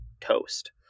toast